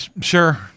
Sure